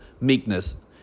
meekness